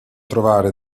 trovare